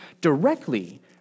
directly